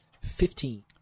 Fifteen